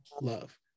love